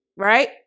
right